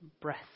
breath